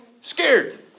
scared